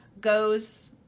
goes